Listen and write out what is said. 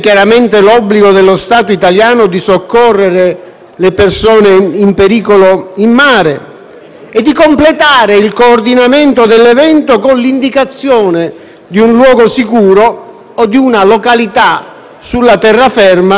e di completare il coordinamento dell'evento con l'indicazione di un luogo sicuro o di una località sulla terraferma dove le operazioni di soccorso si considerino concluse.